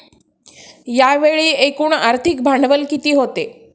यावेळी एकूण आर्थिक भांडवल किती होते?